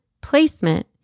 placement